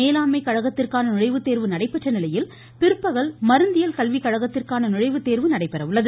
மேலாண்மை கழகத்திற்கான நுழைவுத்தேர்வு நடைபெற்ற இன்றுகாலை நிலையில் பிற்பகல் மருந்தியல் கல்விக்கழகத்திற்கான நுழைவுத்தேர்வு நடைபெற உள்ளது